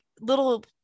little